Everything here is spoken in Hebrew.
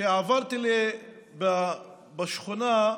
שעברתי בשכונה,